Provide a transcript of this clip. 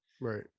Right